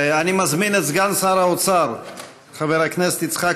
אני מזמין את סגן שר האוצר חבר הכנסת יצחק